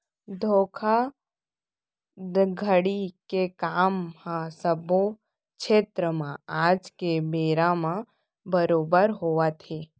धोखाघड़ी के काम ह सब्बो छेत्र म आज के बेरा म बरोबर होवत हे